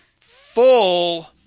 full